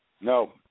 No